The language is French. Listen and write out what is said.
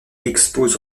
expose